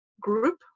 group